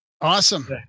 Awesome